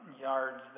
yards